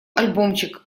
альбомчик